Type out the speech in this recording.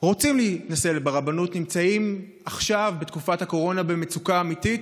רוצים להינשא ברבנות נמצאים עכשיו בתקופת הקורונה במצוקה אמיתית,